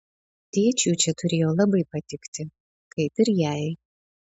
tėčiui čia turėjo labai patikti kaip ir jai